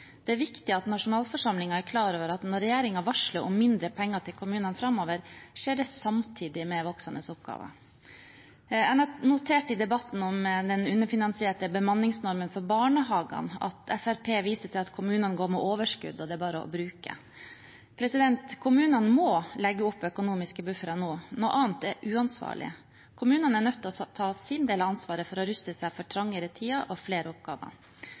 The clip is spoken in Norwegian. Det er viktig at nasjonalforsamlingen er klar over at når regjeringen varsler om mindre penger til kommunene framover, skjer det samtidig med voksende oppgaver. Jeg har notert i debatten om den underfinansierte bemanningsnormen for barnehagene at Fremskrittspartiet viser til at kommunene går med overskudd, som det bare er å bruke. Kommunene må legge opp økonomiske buffere nå. Noe annet er uansvarlig. Kommunene er nødt til å ta sin del av ansvaret for å ruste seg for trangere tider og flere oppgaver.